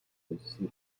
flüssen